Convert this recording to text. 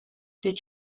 did